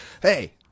Hey